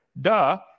Duh